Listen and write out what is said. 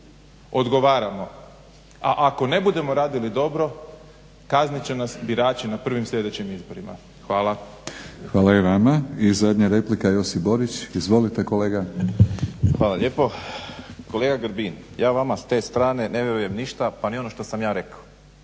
odgovaramo, a ako ne budemo radili dobro kaznit će nas birači na prvim slijedećim izborima. Hvala. **Batinić, Milorad (HNS)** Hvala i vama. I zadnja replika Josip Borić. Izvolite kolega. **Borić, Josip (HDZ)** Hvala lijepo. Kolega Grbin, ja vama s te strne ne vjerujem ništa pa ni ono što sam ja rekao.